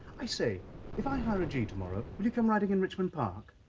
i say if i hire a g tomorrow will you come riding in richmond park?